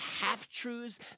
half-truths